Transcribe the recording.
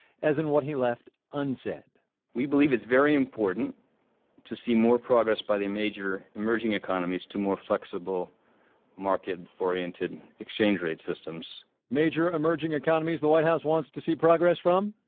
as in what was left unsaid we believe it's very important to see more progress by the major emerging economies to more flexible market-oriented exchange rate systems major emerging economies the white house wants to see progress from?